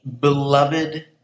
beloved